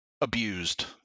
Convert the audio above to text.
abused